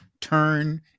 turn